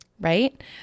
Right